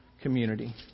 community